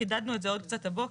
חידדנו את זה עוד קצת הבוקר.